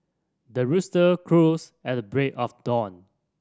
the rooster crows at the break of dawn